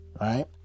right